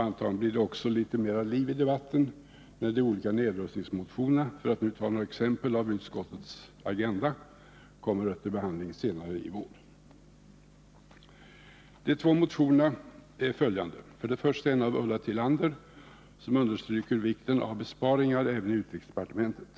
Antagligen blir det också litet mera liv i debatten när de olika nedrustningsmotionerna — för att nu ta några exempel ur utskottets agenda — kommer upp till behandling senare i vår. Av de två motionerna har den ena väckts av Ulla Tillander, som understryker vikten av besparingar även inom utrikesdepartementet.